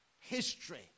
history